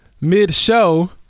mid-show